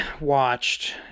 watched